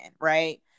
right